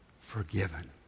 forgiven